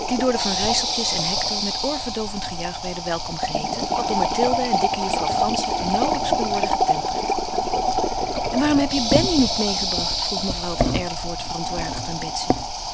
die door de van rijsseltjes en hector met oorverdoovend gejuich werden welkom geheeten wat door mathilde en dikke juffrouw frantzen nauwelijks kon worden getemperd en waarom heb je ben nu niet meêgebracht vroeg mevrouw van erlevoort verontwaardigd aan